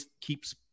keeps